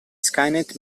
skynet